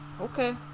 Okay